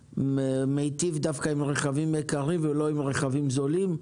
מיטיב דווקא עם רכבים יקרים ולא עם רכבים זולים,